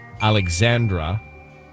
Alexandra